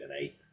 eight